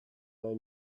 they